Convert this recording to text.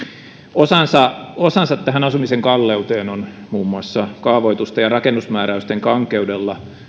osansa osansa tähän asumisen kalleuteen on muun muassa kaavoitusten ja rakennusmääräysten kankeudella